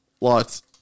Lots